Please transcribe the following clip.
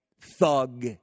thug